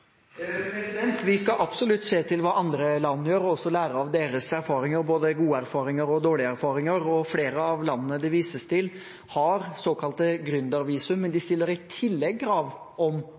Vi skal absolutt se til hva andre land gjør og lære av deres erfaringer, både gode og dårlige erfaringer. Flere av landene det vises til, har såkalte gründervisum, men de stiller i tillegg krav om